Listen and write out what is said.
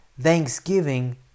thanksgiving